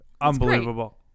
Unbelievable